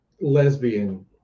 lesbian